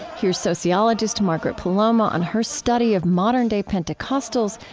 hear sociologist margaret poloma on her study of modern-day pentecostals,